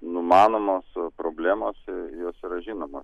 numanomos problemos jos yra žinomos